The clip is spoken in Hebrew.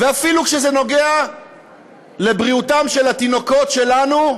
ואפילו כשזה נוגע לבריאותם של התינוקות שלנו.